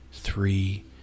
three